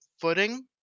footing